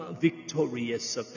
victorious